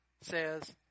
says